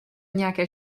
nějaké